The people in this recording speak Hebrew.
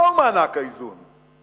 מהו מענק האיזון?